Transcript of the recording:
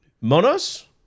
Monos